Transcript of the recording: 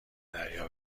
دریا